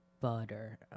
butter